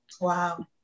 Wow